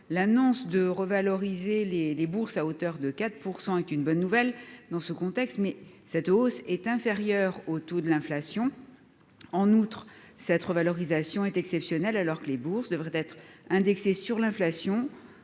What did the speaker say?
L'annonce de la revalorisation des bourses à hauteur de 4 % est une bonne nouvelle dans ce contexte, mais cette hausse est inférieure au taux de l'inflation. En outre, cette revalorisation est exceptionnelle alors que les bourses devraient être indexées sur l'inflation,